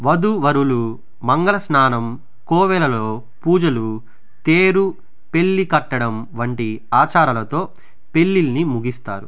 వధూవరులు మంగళ స్నానం కోవెలలో పూజలు తేరు పెళ్లి కట్టడం వంటి ఆచారాలతో పెళ్లిళ్లు ముగిస్తారు